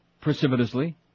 precipitously